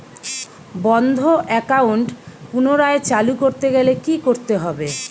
বন্ধ একাউন্ট পুনরায় চালু করতে কি করতে হবে?